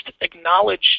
acknowledge